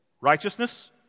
righteousness